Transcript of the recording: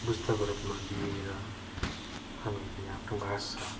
पुस्तकको रूपमा दिएर हामीले आफ्नो भाषा